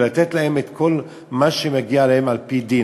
ולתת להם את כל מה שמגיע להם על-פי דין.